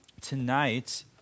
tonight